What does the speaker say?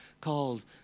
called